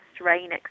rain